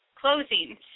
closing